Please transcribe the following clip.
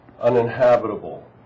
uninhabitable